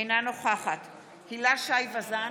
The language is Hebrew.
אינה נוכחת הילה שי וזאן,